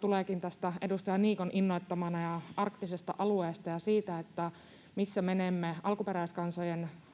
tuleekin oikeastaan edustaja Niikon innoittamana arktisesta alueesta ja siitä, missä menemme alkuperäiskansojen oman